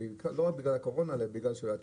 לא רק בגלל הקורונה אלא בגלל שלא היה תקציב.